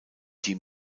dem